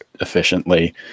efficiently